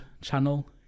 channel